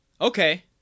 Okay